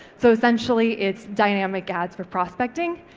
so essentially, it's dynamic ads for prospecting.